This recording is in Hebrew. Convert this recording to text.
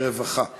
הרווחה והבריאות.